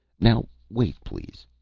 now wait, please,